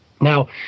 Now